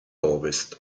ovest